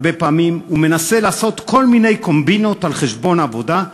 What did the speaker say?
הרבה פעמים הוא מנסה לעשות כל מיני קומבינות על חשבון העבודה,